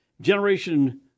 generation